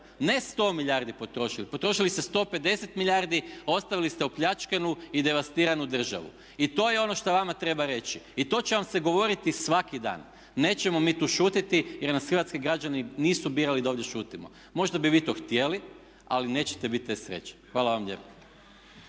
ne 100 milijardi potrošili, potrošili ste 150 milijardi, a ostavili ste opljačkanu i devastiranu državu. I to je ono šta vama treba reći i to će vam se govoriti svaki dan. Nećemo mi tu šutiti jer nas hrvatski građani nisu birali da ovdje šutimo. Možda bi vi to htjeli, ali nećete biti te sreće. Hvala vam lijepa.